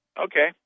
okay